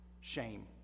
Shame